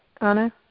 Anna